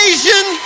Asian